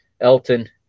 Elton